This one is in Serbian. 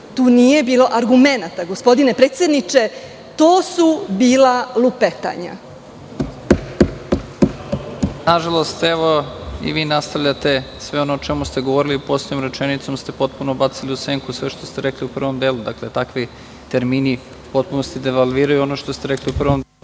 tu nije bilo argumenata, gospodine predsedniče, to su bila lupetanja. **Nebojša Stefanović** Nažalost, evo i vi nastavljate sve ono o čemu ste govorili, poslednjom rečenicom ste bacili u senku sve što ste rekli u prvom delu. Dakle, takvi termini potpuno devalviraju sve ono što ste rekli u prvom delu.U